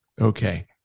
Okay